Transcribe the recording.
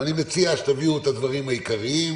אני מציע שתביאו את הדברים העיקריים,